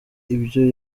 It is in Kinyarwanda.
ibyo